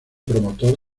promotor